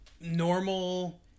normal